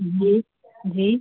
जी जी